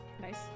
Nice